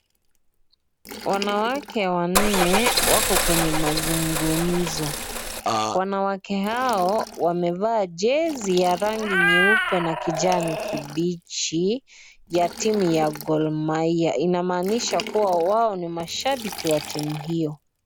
Wanawake wanne wako kwenye mazungumzo. Wanawake hao wamevaa jezi ya rangi nyeupe na kijani kibichi ya timu ya Gor Mahia. Inamaanisha kuwa wao ni mashabiki wa timu hiyo.